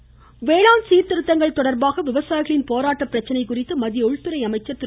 நரேந்திரசிங் தோமர் வேளாண் சீர்திருத்தங்கள் தொடர்பாக விவசாயிகளின் போராட்டப் பிரச்சனை குறித்து மத்திய உள்துறை அமைச்சர் திரு